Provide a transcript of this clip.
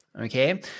Okay